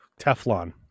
Teflon